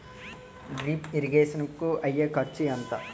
Drip irrigation కూ అయ్యే ఖర్చు ఎంత?